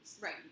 Right